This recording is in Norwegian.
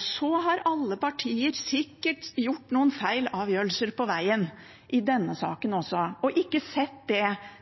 Så har alle partier sikkert tatt noen feil avgjørelser på vegen i denne saken også, og ikke sett